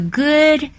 good